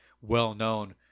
well-known